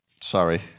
sorry